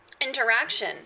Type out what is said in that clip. Interaction